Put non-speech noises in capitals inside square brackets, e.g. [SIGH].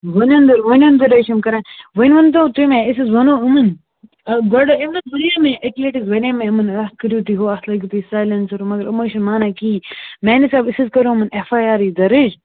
وُنیٚنٛدُر وُنیٚنٛدُر حظ چھِ یِم کران وُنیٚنٛدُر تُہۍ مَہ أسۍ حظ وَنو [UNINTELLIGIBLE] گۄڈٕ یِم نہ [UNINTELLIGIBLE] اَکہِ لَٹہِ حظ وَنے مےٚ یِمَن اَتھ کٔرِو تُہۍ ہُہ اَتھ لٲگِو تُہۍ سایلٮ۪نسَر مگر یِم حظ چھِنہٕ مانان کِہیٖنۍ میٛانہِ حِسابہٕ أسۍ حظ کرو یِمَن اٮ۪ف آی آرٕے دَرٕج